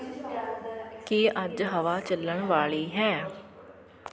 ਕੀ ਅੱਜ ਹਵਾ ਚੱਲਣ ਵਾਲੀ ਹੈ